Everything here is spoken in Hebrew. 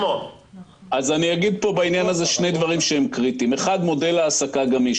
שני דברים: מודל העסקה גמיש,